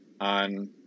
on